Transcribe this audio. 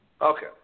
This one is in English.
Okay